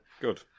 Good